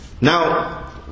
Now